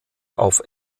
auf